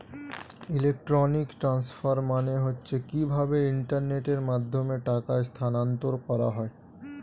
electronic transfer মানে হচ্ছে কিভাবে ইন্টারনেটের মাধ্যমে টাকা স্থানান্তর করা হয়